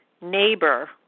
neighbor